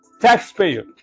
taxpayer